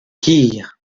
ker